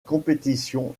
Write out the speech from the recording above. compétition